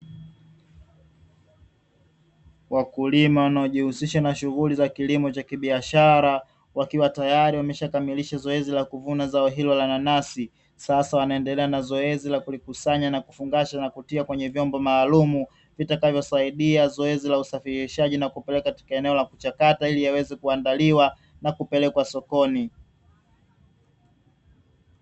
Wakulima wanaojihusisha na shughuli za kilimo cha kibiashara. Wakiwa tayari wameshakamilisha zoezi la kuvuna zao hilo la nanasi. Sasa wanaendelea na zoezi la kulikusanya na kufungasha na kutia kwenye vyombo maalumu. Vitakavyosaidia zoezi la usafirishaji na kupeleka katika eneo la kuchakata ili yaweze kuandaliwa na kupelekwa sokoni.